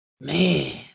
Man